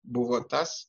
buvo tas